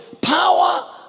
power